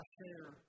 share